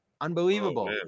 unbelievable